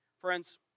friends